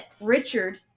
Richard